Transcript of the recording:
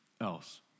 else